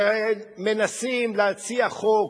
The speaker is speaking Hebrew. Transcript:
והם מנסים להציע חוק,